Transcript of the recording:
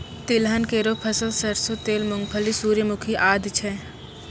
तिलहन केरो फसल सरसों तेल, मूंगफली, सूर्यमुखी आदि छै